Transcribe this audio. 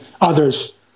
others